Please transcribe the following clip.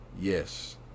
Yes